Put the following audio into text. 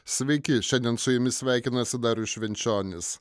sveiki šiandien su jumis sveikinasi darius švenčionis